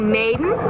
maiden